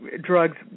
drugs